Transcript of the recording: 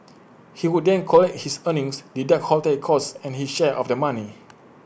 he would then collect his earnings deduct hotel costs and his share of the money